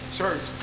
church